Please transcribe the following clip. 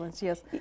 Yes